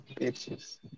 bitches